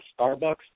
Starbucks